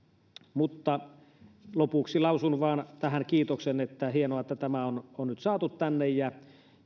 lopuksi lausun tähän vain kiitoksen että hienoa että tämä on nyt saatu tänne ja